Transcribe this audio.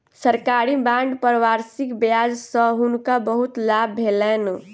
सरकारी बांड पर वार्षिक ब्याज सॅ हुनका बहुत लाभ भेलैन